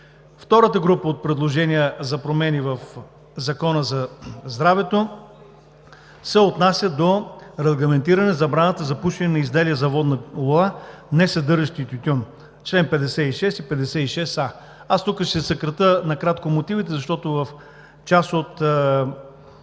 Втората група от предложения за промени в Закона за здравето се отнася до регламентиране забраната за пушене на изделия за водна лула, несъдържащи тютюн – чл. 56 и чл. 56а. Аз тук ще съкратя накратко мотивите, защото в част от